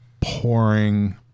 pouring